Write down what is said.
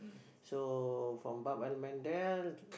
so from Bab-el-Mandeb